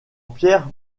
pierre